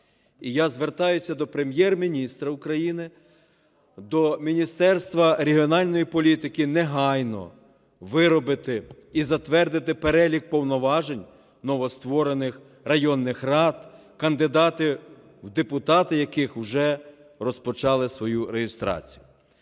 І я звертаюсь до Прем'єр-міністра України, до Міністерства регіональної політики негайно виробити і затвердити перелік повноважень новостворених районних рад, кандидати в депутати яких вже розпочали свою реєстрацію.